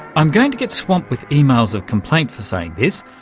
i'm going to get swamped with emails of complaint for saying this,